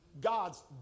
God's